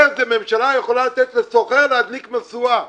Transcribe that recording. איזה ממשלה יכולה לתת לסוחר להדליק משואה?